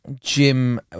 Jim